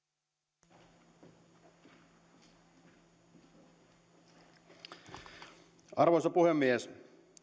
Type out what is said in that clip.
arvoisa puhemies